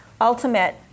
Ultimate